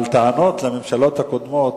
אבל טענות לממשלות הקודמות,